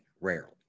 rarely